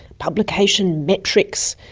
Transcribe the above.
publication metrics,